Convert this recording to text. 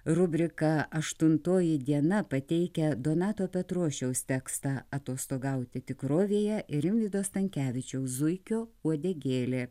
rubrika aštuntoji diena pateikia donato petrošiaus tekstą atostogauti tikrovėje rimvydo stankevičiaus zuikio uodegėlė